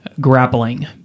grappling